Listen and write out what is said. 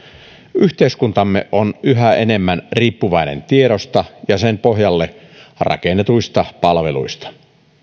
yhteiskuntamme on yhä enemmän riippuvainen tiedosta ja sen pohjalle rakennetuista palveluista